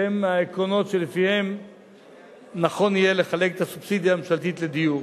שהם העקרונות שלפיהם נכון יהיה לחלק את הסובסידיה הממשלתית לדיור.